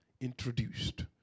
introduced